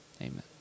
Amen